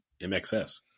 MXS